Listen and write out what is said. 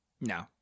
No